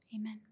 Amen